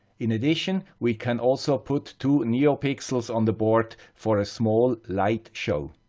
in addition, we can also put two neopixels on the board for a small light show.